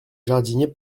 jardinier